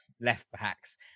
left-backs